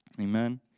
Amen